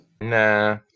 Nah